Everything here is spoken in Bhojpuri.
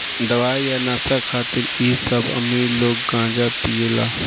दवाई आ नशा खातिर इ सब अमीर लोग गांजा पियेला